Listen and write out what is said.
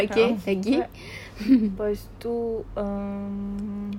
a'ah empat lepas itu um